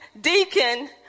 deacon